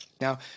Now